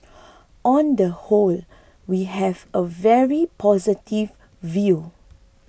on the whole we have a very positive view